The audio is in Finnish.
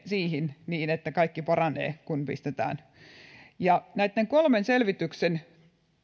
siihen että kaikki paranee kun pistetään se ja näitten kolmen selvityksen